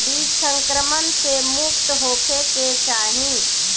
बीज संक्रमण से मुक्त होखे के चाही